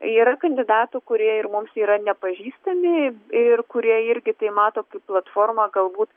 yra kandidatų kurie ir mums yra nepažįstami ir kurie irgi tai mato kaip platformą galbūt